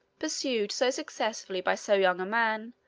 pursued so successfully by so young a man,